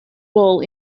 wool